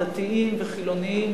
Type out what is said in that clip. דתיים וחילונים,